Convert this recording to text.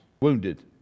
wounded